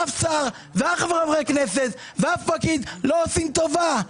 אף שר, אף חבר כנסת ואף פקיד לא עושה טובה.